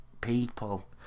people